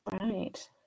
Right